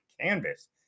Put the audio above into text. canvas